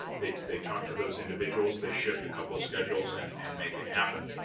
they they talk to those individuals, they shift a couple of schedules and and make it happen.